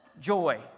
joy